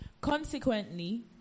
Consequently